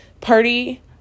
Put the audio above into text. party